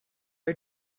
are